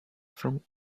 from